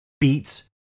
beats